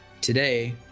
Today